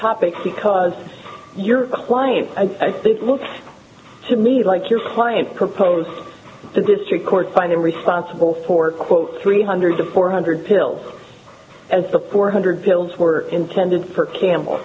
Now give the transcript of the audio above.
topic because your client i think looks to me like your client proposed the district court find him responsible for quote three hundred to four hundred pills as the four hundred pills were intended for campbell